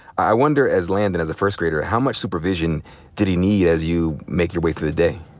i wonder as landon, as a first grader, how much supervision did he need as you make your way through the day?